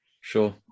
Sure